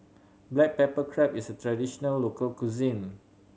black pepper crab is a traditional local cuisine